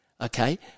okay